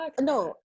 No